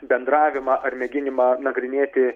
bendravimą ar mėginimą nagrinėti